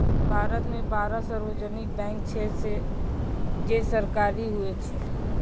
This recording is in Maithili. भारत मे बारह सार्वजानिक बैंक छै जे सरकारी हुवै छै